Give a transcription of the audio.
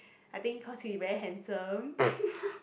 I think cause he very handsome